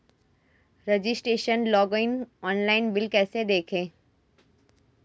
Registration login online bill कैसे देखें?